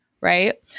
right